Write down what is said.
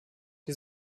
die